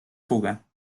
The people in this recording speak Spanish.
fuga